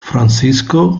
francisco